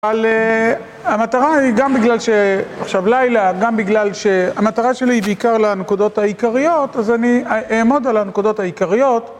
אבל המטרה היא, גם בגלל שעכשיו לילה, גם בגלל שהמטרה שלי היא בעיקר לנקודות העיקריות אז אני אעמוד על הנקודות העיקריות